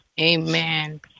Amen